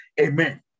Amen